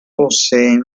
poseen